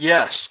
Yes